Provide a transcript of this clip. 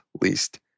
least